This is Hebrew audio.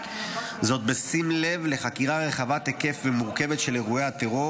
זאת בשים לב לחקירה רחבת היקף ומורכבת של אירועי הטרור